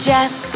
Jess